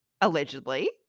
Allegedly